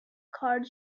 card